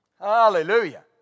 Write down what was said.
Hallelujah